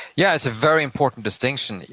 yeah, it's a very important distinction,